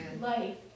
life